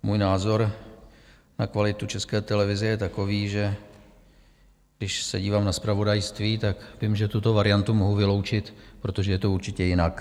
Můj názor na kvalitu České televize je takový, že když se dívám na zpravodajství, tak vím, že tuto variantu mohu vyloučit, protože je to určitě jinak.